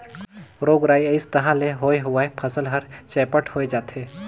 रोग राई अइस तहां ले होए हुवाए फसल हर चैपट होए जाथे